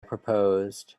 proposed